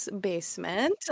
basement